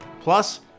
Plus